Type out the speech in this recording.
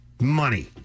Money